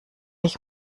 ich